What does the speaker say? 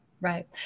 Right